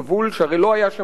שהרי לא היה שם בית-שימוש,